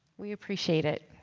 we appreciate it.